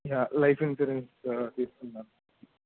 yeah life insurance తీసుకుందాం